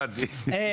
הבנתי.